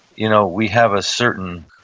you know we have a certain,